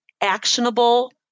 actionable